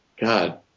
God